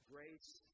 Grace